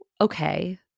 okay